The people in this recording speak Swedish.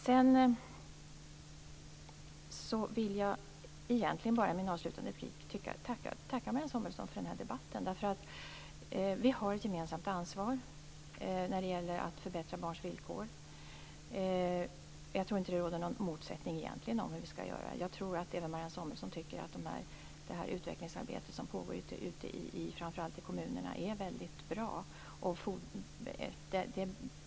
Jag vill egentligen bara i min avslutande replik tacka Marianne Samuelsson för den här debatten. Vi har ett gemensamt ansvar när det gäller att förbättra barns villkor. Jag tror inte att det råder någon egentlig motsättning om hur vi skall göra. Jag tror att även Marianne Samuelsson tycker att det utvecklingsarbete som pågår framför allt ute i kommunerna är mycket bra.